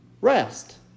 rest